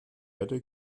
erde